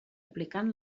aplicant